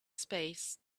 space